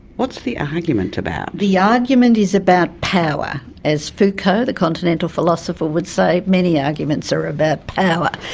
what's the argument about? the argument is about power. as foucault, the continental philosopher would say, many arguments are about power.